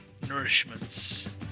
nourishments